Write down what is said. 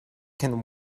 can